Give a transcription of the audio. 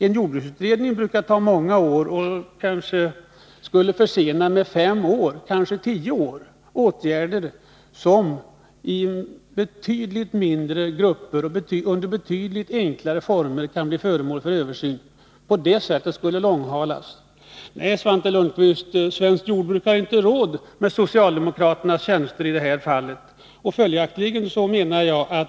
En jordbruksutredning brukar ta många år, och en sådan skulle kanske med fem eller tio år försena åtgärder som skulle kunna vidtas efter betydligt enklare former av översyn. Nej, Svante Lundkvist, svenskt jordbruk har inte råd med socialdemokraternas tjänster i det här fallet.